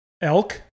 ELK